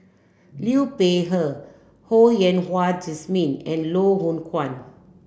Liu Peihe Ho Yen Wah Jesmine and Loh Hoong Kwan